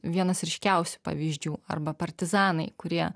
vienas ryškiausių pavyzdžių arba partizanai kurie